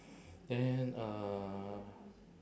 then uh